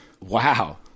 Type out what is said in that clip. Wow